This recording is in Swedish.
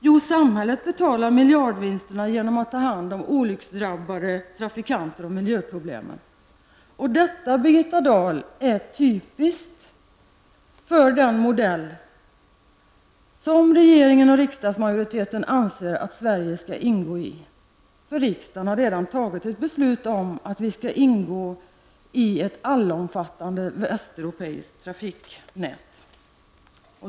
Jo, samhället betalar miljardvinsterna genom att ta hand om olycksdrabbade trafikanter och miljöproblem. Detta, Birgitta Dahl, är typiskt för den modell som regeringen och riksdagsmajoriteten anser att Sverige skall ingå i. Riksdagen har redan fattat ett beslut om att Sverige skall ingå i ett allomfattande västeuropeiskt trafiknät.